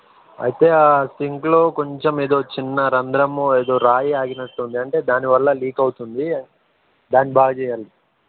అయితే ఆ సింక్లో కొంచెం ఏదో చిన్న రంధ్రము ఏదో రాయి ఆగినట్టుంది అంటే దానివల్ల లీక్ అవుతుంది దాని బాగు చేయాలి